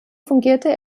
fungierte